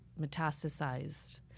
metastasized